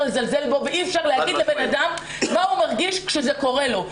לזלזל בו ואי אפשר להגיד לבן אדם מה הוא מרגיש כשזה קורה לו.